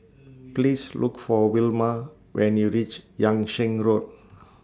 Please Look For Wilma when YOU REACH Yung Sheng Road